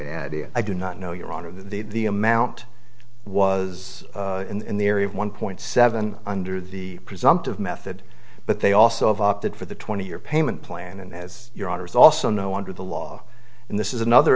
any idea i do not know your honor the amount was in the area of one point seven under the presumptive method but they also have opted for the twenty year payment plan and as your honour's also know under the law and this is another